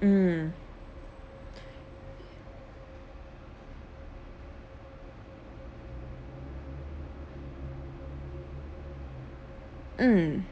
mm mm